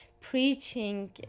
preaching